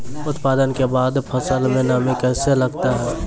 उत्पादन के बाद फसल मे नमी कैसे लगता हैं?